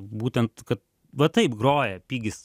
būtent kad va taip groja pigis